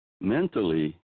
mentally